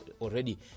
already